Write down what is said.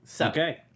Okay